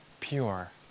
pure